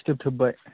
जोथोबबाय